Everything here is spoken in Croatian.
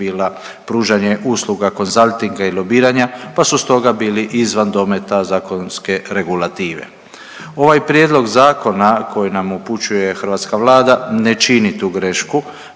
bila pružanje usluga konzaltinga i lobiranja pa su stoga bili izvan dometa zakonske regulative. Ovaj prijedlog zakona koji nam upućuje hrvatska Vlada ne čini tu grešku